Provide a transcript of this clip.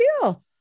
deal